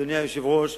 אדוני היושב-ראש,